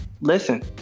listen